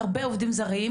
והרבה עובדים זרים,